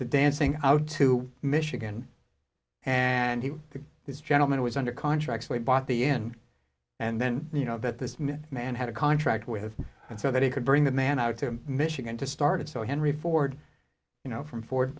o dancing out to michigan and he this gentleman was under contract so we bought the inn and then you know that this man had a contract with and so that he could bring the man out to michigan to start it so henry ford you know from ford